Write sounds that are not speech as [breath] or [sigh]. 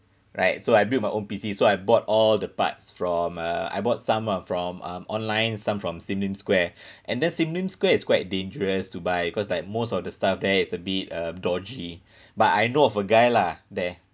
right so I build my own P_C so I bought all the parts from uh I bought some are from um online some from sim lim square [breath] and then sim lim square is quite dangerous to buy cause like most of the stuff there is a bit um dodgy [breath] but I know of a guy lah there